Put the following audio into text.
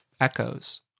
echoes